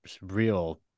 real